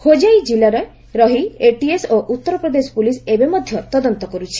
ହୋଜାଇ ଜିଲ୍ଲାରେ ରହି ଏଟିଏସ୍ ଓ ଉତ୍ତର ପ୍ରଦେଶ ପୁଲିସ୍ ଏବେ ମଧ୍ୟ ତଦନ୍ତ କରୁଛି